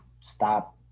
stop